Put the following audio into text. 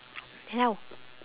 then how